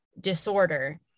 disorder